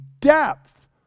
depth